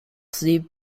the